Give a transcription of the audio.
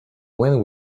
when